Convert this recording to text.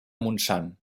montsant